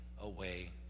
away